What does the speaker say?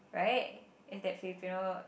right and that Filipino